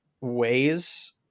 ways –